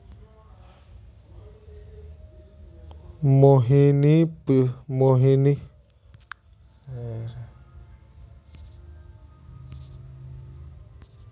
मोहिनी पूछले कि ब्याज दरेर अवधि संरचनार निर्माण कँहे कियाल जा छे